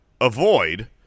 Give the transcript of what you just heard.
avoid